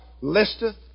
listeth